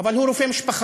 אבל הוא רופא משפחה,